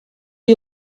you